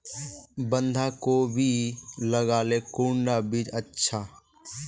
बंधाकोबी लगाले कुंडा बीज अच्छा?